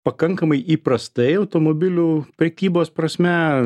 pakankamai įprastai automobilių prekybos prasme